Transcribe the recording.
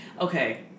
Okay